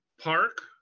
park